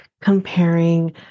comparing